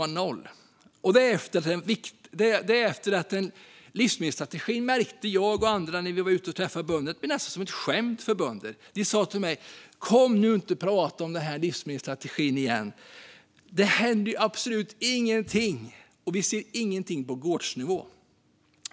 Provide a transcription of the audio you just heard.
För när jag och andra var ute och träffade bönder märkte vi att livsmedelsstrategin nästan var som ett skämt bland dem. De sa till mig: Kom nu inte och tala om livsmedelsstrategin - det händer ju ingenting, och vi ser ingenting på gårdsnivå.